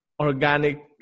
organic